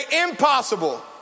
impossible